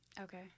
Okay